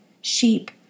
sheep